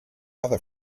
other